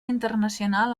internacional